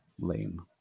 lame